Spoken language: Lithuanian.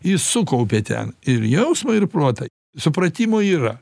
jis sukaupė ten ir jausmą ir protą supratimo yra